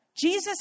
Jesus